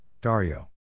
Dario